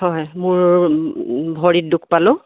হয় মোৰ ভৰিত দুখ পালোঁ